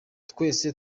twese